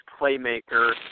playmaker